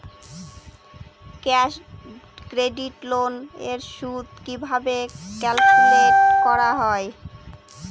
Cash credit loan এর সুদ কিভাবে ক্যালকুলেট করা হয়?